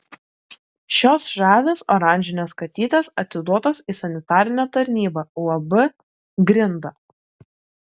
šios žavios oranžinės katytės atiduotos į sanitarinę tarnybą uab grinda